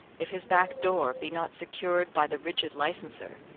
if his back door be not secured by the rigid licenser,